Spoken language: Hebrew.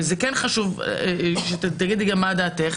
וזה כן חשוב שתגידי מה דעתך,